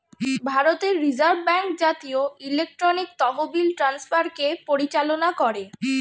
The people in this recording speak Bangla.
ভারতের রিজার্ভ ব্যাঙ্ক জাতীয় ইলেকট্রনিক তহবিল ট্রান্সফারকে পরিচালনা করে